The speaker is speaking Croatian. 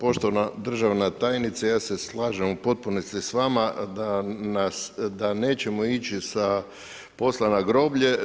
Poštovana državna tajnice, ja se slažem u potpunosti s vama da nećemo ići sa posla na groblje.